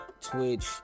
Twitch